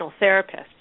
therapists